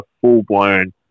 full-blown